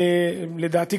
לדעתי,